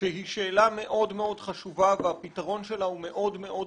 שהיא שאלה מאוד חשובה והפתרון שלה הוא מאוד מאוד פשוט.